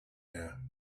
air